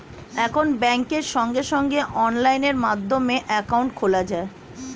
এখন ব্যাংকে সঙ্গে সঙ্গে অনলাইন মাধ্যমে অ্যাকাউন্ট খোলা যায়